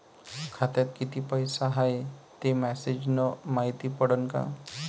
खात्यात किती पैसा हाय ते मेसेज न मायती पडन का?